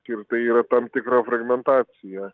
ir tai yra tam tikra fragmentacija